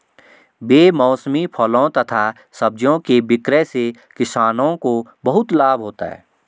बेमौसमी फलों तथा सब्जियों के विक्रय से किसानों को बहुत लाभ होता है